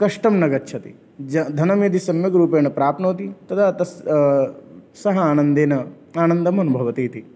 कष्टं न गच्छति धनं यदि सम्यग्रूपेण प्राप्नोति तदा सः आनन्देन आनन्दम् अनुभवति इति